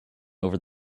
over